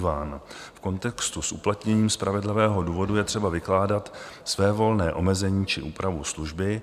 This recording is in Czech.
V kontextu s uplatněním spravedlivého důvodu je třeba vykládat svévolné omezení či úpravu služby.